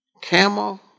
camel